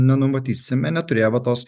nenumatysime neturėję va tos